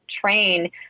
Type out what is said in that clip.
train